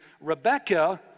Rebecca